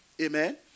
Amen